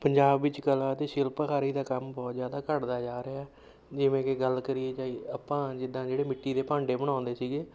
ਪੰਜਾਬ ਵਿੱਚ ਕਲਾ ਅਤੇ ਸ਼ਿਲਪਕਾਰੀ ਦਾ ਕੰਮ ਬਹੁਤ ਜ਼ਿਆਦਾ ਘੱਟਦਾ ਜਾ ਰਿਹਾ ਜਿਵੇਂ ਕਿ ਗੱਲ ਕਰੀਏ ਜੇ ਆਪਾਂ ਜਿੱਦਾਂ ਜਿਹੜੇ ਮਿੱਟੀ ਦੇ ਭਾਂਡੇ ਬਣਾਉਂਦੇ ਸੀਗੇ